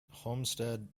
homestead